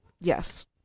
Yes